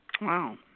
Wow